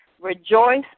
Rejoice